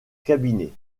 cabinet